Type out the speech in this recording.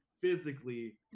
physically